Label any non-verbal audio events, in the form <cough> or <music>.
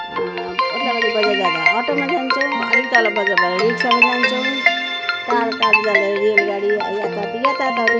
ओत्लाबाडी बजार जाँदा अटोमा जान्छौँ अलिक तल बजार जाँदाखेरि रिक्सामा जान्छौँ टाढा टाढा जाँदाखेरि रेलगाडी आइहाल्छ <unintelligible>